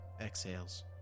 exhales